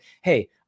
Hey